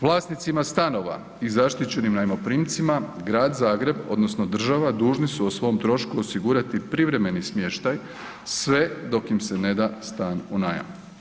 Vlasnicima stanova i zaštićenim najmoprimcima Grad Zagreb odnosno država dužni su o svom trošku osigurati privremeni smještaj sve dok im se ne da stan u najam.